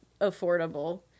affordable